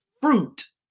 fruit